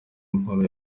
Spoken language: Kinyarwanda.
nkuru